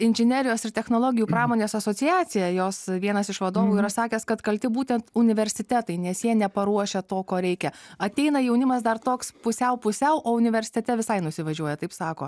inžinerijos ir technologijų pramonės asociacija jos vienas iš vadovų yra sakęs kad kalti būtent universitetai nes jie neparuošia to ko reikia ateina jaunimas dar toks pusiau pusiau o universitete visai nusivažiuoja taip sako